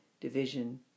division